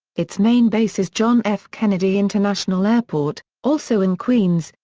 its main base is john f. kennedy international airport, also in queens,